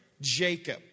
Jacob